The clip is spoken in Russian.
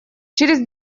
через